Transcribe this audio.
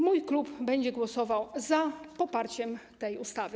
Mój klub będzie głosował za poparciem tej ustawy.